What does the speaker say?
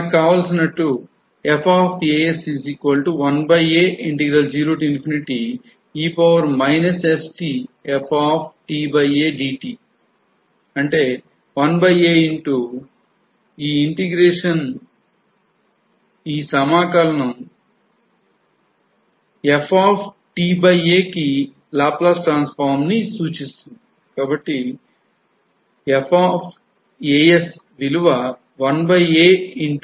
కానీ సమాకలని అవధులు మాత్రం అలాగే ఉంటాయి